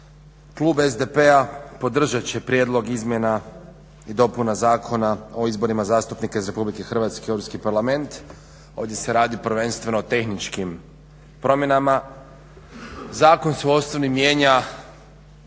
Klub SDP-a podržat će Prijedlog izmjena i dopuna Zakona o izborima zastupnika iz RH u EU parlament. Ovdje se radi prvenstveno o tehničkim promjenama. Zakon se u osnovi mijenja